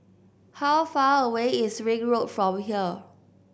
how far away is Ring Road from here